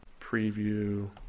preview